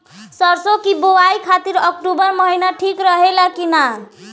सरसों की बुवाई खाती अक्टूबर महीना ठीक रही की ना?